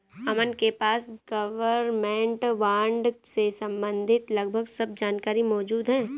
अमन के पास government bond से सम्बंधित लगभग सब जानकारी मौजूद है